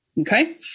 Okay